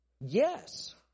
Yes